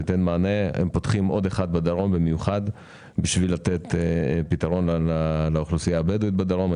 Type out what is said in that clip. פותחים עוד אחד בדרום בשביל לתת פתרון לאוכלוסייה הבדואית בדרום.